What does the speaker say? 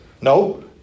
No